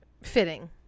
Fitting